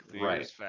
Right